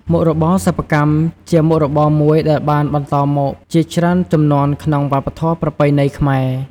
មុខរបរសិប្បកម្មជាមុខរបរមួយដែលបានបន្តមកជាច្រើនជំនាន់ក្នុងវប្បធម៏ប្រពៃណីខ្មែរ។